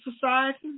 society